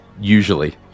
Usually